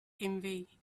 envy